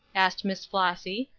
asked miss flossy.